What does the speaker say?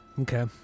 Okay